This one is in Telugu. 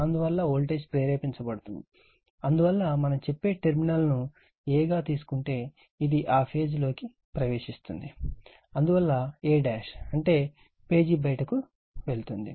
అందువల్ల వోల్టేజ్ ప్రేరేపించబడుతుంది అందువల్ల మనం చెప్పే టెర్మినల్ ను a గా తీసుకుంటే ఇది ఆ పేజీలోకి ప్రవేశిస్తుంది అందువల్ల a అంటే పేజీ బయటకు వెళుతుంది